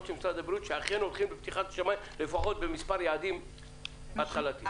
של משרד הבריאות שאכן הולכים לפתיחת השמיים לפחות במספר יעדים התחלתי.